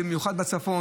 במיוחד בצפון,